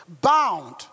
bound